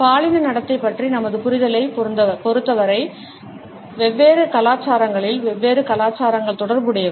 பாலின நடத்தை பற்றிய நமது புரிதலைப் பொருத்தவரை வெவ்வேறு கலாச்சாரங்களில் வெவ்வேறு கலாச்சாரங்கள் தொடர்புடையவை